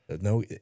no